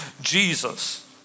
Jesus